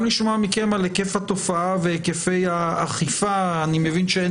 גם לשמוע מכם על היקף התופעה והיקף האכיפה אני מבין שאין